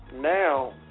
now